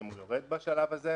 האם הוא יורד בשלב הזה?